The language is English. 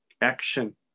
action